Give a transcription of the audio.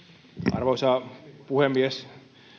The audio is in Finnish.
arvoisa puhemies